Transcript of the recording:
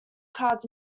cards